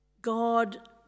God